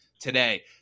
today